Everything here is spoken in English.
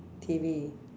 T_V